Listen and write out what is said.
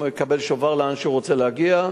הוא מקבל שובר לאן שהוא רוצה להגיע.